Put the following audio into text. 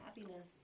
happiness